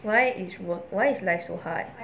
why is work why is life so hard